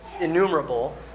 innumerable